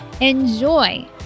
Enjoy